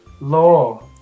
Law